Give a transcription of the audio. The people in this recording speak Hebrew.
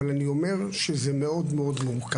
אבל אני אומר שזה מאוד מאוד מורכב.